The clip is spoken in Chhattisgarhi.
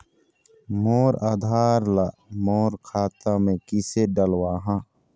मोर आधार ला मोर खाता मे किसे डलवाहा?